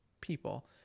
people